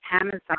Amazon